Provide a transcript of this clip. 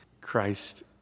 Christ